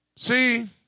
See